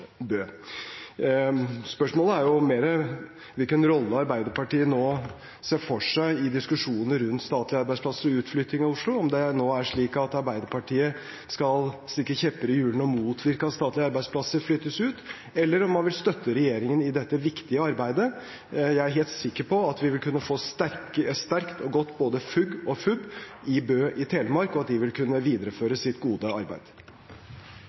Bø. Spørsmålet er heller hvilken rolle Arbeiderpartiet nå ser for seg i diskusjonene rundt statlige arbeidsplasser og utflytting fra Oslo – om det nå er slik at Arbeiderpartiet skal stikke kjepper i hjulene og motvirke at statlige arbeidsplasser flyttes ut, eller om de vil støtte regjeringen i dette viktige arbeidet. Jeg er helt sikker på at vi vil kunne få et sterkt og godt både FUG og FUB i Bø i Telemark, og at de vil kunne videreføre sitt gode arbeid.